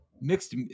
Mixed